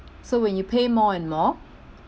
so when you pay more and more